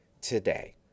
today